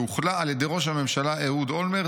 שהוחלה על ידי ראש הממשלה אהוד אולמרט